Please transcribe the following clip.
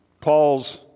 Paul's